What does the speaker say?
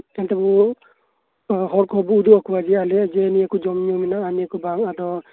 ᱦᱩᱭᱩᱜ ᱠᱟᱱ ᱛᱟᱵᱚ ᱦᱚᱲ ᱠᱚᱵᱚ ᱩᱫᱩᱜ ᱟᱠᱚᱣᱟ ᱡᱮ ᱟᱞᱮᱭᱟᱜ ᱡᱮ ᱱᱤᱭᱟᱹ ᱠᱚ ᱡᱚᱢ ᱧᱩ ᱢᱮᱱᱟᱜᱼᱟ ᱡᱮ ᱱᱤᱭᱟᱹ ᱠᱚ ᱵᱟᱝ ᱟᱫᱚ